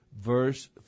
verse